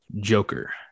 Joker